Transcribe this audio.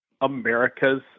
America's